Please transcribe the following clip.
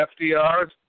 FDR's